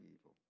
evil